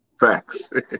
Facts